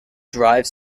drive